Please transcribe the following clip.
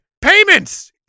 payments